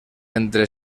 entre